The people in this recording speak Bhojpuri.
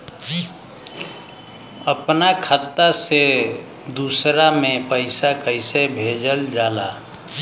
अपना खाता से दूसरा में पैसा कईसे भेजल जाला?